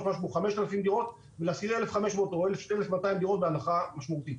כ-5,000 דירות ולהשכיר 1,500 או 1,200 דירות בהנחה משמעותית.